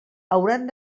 hauran